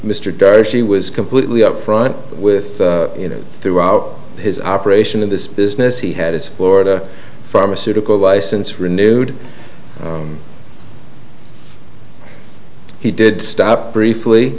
mr di she was completely upfront with you know throughout his operation in this business he had his florida pharmaceutical license renewed he did stop briefly